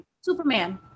superman